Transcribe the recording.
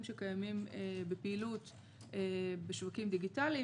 שקיימים בפעילות בשווקים דיגיטליים,